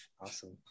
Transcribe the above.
Awesome